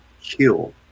kill